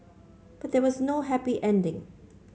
but there was no happy ending